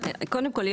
קודם כל,